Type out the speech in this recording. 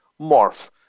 morph